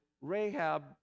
Rahab